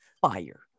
fire